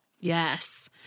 Yes